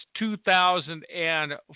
2004